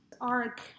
arc